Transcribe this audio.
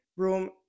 room